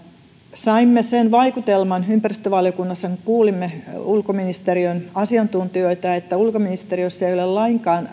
saimme sen vaikutelman ympäristövaliokunnassa kun kuulimme ulkoministeriön asiantuntijoita että ulkoministeriössä ei ole lainkaan